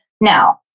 Now